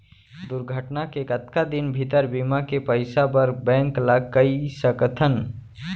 दुर्घटना के कतका दिन भीतर बीमा के पइसा बर बैंक ल कई सकथन?